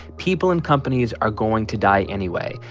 people and companies are going to die anyway.